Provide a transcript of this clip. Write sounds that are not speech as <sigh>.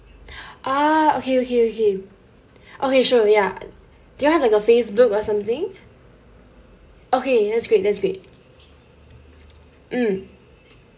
<breath> ah okay okay okay okay sure ya do you have like a Facebook or something okay that's great that's great mm